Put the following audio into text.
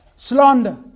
Slander